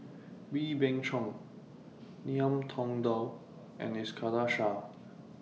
Wee Beng Chong Ngiam Tong Dow and Iskandar Shah